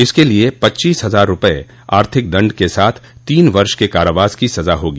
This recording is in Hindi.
इसके लिए पच्चीस हजार रुपये आर्थिक दंड के साथ तीन वर्ष के कारावास की सजा होगी